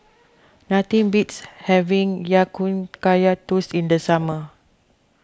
nothing beats having Ya Kun Kaya Toast in the summer